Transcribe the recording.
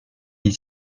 dans